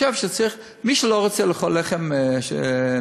מי שלא רוצה לאכול לחם מלא,